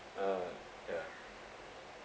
uh ya